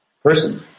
Person